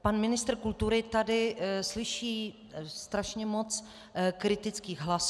Pan ministr kultury tady slyší strašně moc kritických hlasů.